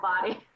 body